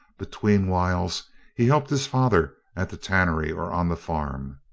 between whiles he helped his father at the tannery or on the farm.